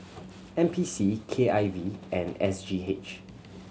N P C K I V and S G H